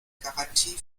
garantie